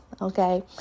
Okay